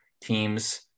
teams